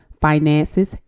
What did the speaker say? finances